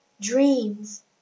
Dreams